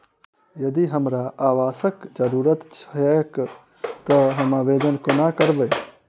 यदि हमरा आवासक जरुरत छैक तऽ हम आवेदन कोना करबै?